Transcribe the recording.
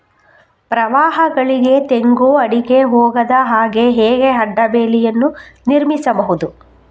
ಪ್ರವಾಹಗಳಿಗೆ ತೆಂಗು, ಅಡಿಕೆ ಹೋಗದ ಹಾಗೆ ಹೇಗೆ ಅಡ್ಡ ಬೇಲಿಯನ್ನು ನಿರ್ಮಿಸಬಹುದು?